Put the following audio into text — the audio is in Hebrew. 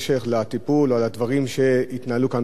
לטיפול או לדברים שהתנהלו כאן בכנסת.